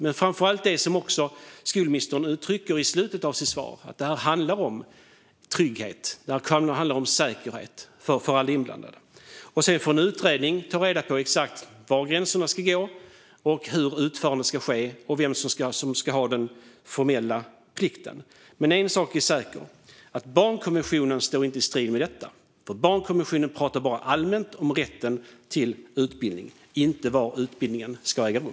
Men framför allt handlar det om det som skolministern uttrycker mot slutet av sitt svar: trygghet och säkerhet för alla inblandade. Sedan får en utredning ta reda på var gränserna ska gå, hur utförandet ska ske och vem som ska ha den formella plikten. Men en sak är säker: Barnkonventionen står inte i strid med detta, för barnkonventionen talar bara allmänt om rätten till utbildning och inte var utbildningen ska äga rum.